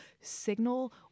Signal